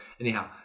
anyhow